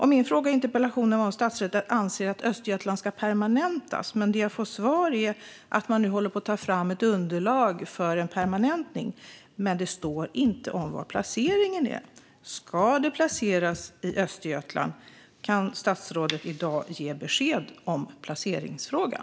Min fråga i interpellationen var om statsrådet anser att verksamheten i Östergötland ska permanentas. Svaret jag får är att man nu håller på att ta fram ett underlag för permanentning, men det sägs inget om placeringen. Ska verksamheten placeras i Östergötland? Kan statsrådet i dag ge besked i placeringsfrågan?